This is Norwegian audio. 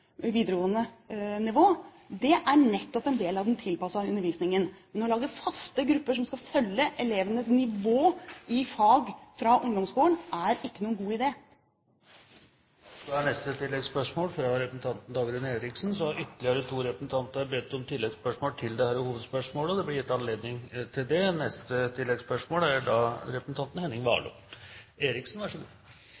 videregående nivå, er nettopp en del av den tilpassede undervisningen. Men å lage faste grupper som skal følge elevenes nivå i fag fra ungdomsskolen, er ikke noen god idé. Dagrun Eriksen – til oppfølgingsspørsmål. Så har ytterligere to representanter bedt om å få stille oppfølgingsspørsmål til dette hovedspørsmålet, og det blir gitt anledning til det. Jeg leste i en blogg at i tidligere tider var